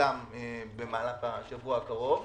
תושלם במהלך השבוע הקרוב.